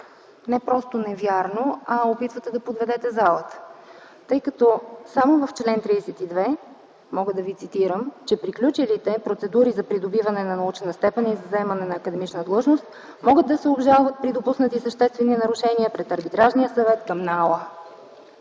не просто невярно, а се опитвате да подведете залата, тъй като в чл. 32, мога да цитирам: „Приключилите процедури за придобиване на научна степен и за заемане на академична длъжност могат да се обжалват при допуснати съществени нарушения пред Арбитражния съвет към НАОА.